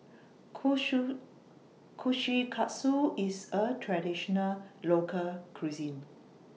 Kushikatsu IS A Traditional Local Cuisine